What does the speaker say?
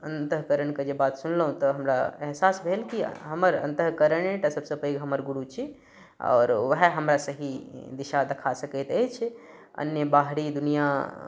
अन्तःकरणके जे बात सुनलहुँ तऽ हमरा एहसास भेल कि हमर अन्तः करणे टा सभ से पैघ हमर गुरु छी आओर ओएह हमरा सही दिशा देखा सकैत अछि अन्य बाहरी दुनिया